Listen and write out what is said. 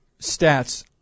stats